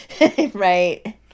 Right